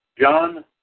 John